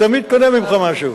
אני תמיד קונה ממך משהו.